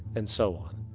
and so on.